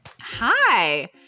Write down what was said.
Hi